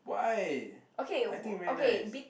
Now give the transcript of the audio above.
why I think very nice